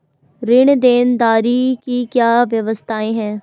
ऋण देनदारी की क्या क्या व्यवस्थाएँ हैं?